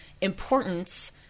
importance